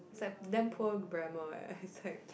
it's like damn poor grammar eh it's like